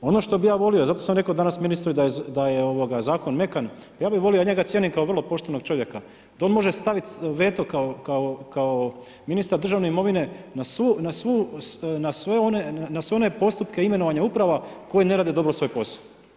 Ono što bih ja volio, zato sam rekao danas ministru i da je Zakon mekan, ja bih volio, a njega cijenim kao vrlo poštenog čovjeka, da on može staviti veto kao ministar državne imovine na sve one postupke imenovanja uprava koje ne rade dobro svoj posao.